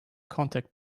contact